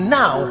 now